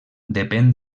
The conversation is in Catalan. depèn